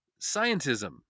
scientism